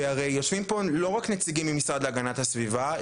והרי יושבים פה לא רק נציגים מהמשרד להגנת הסביבה,